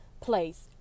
place